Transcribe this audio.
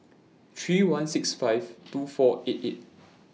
three one six five two four eight eight